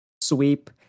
sweep